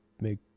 make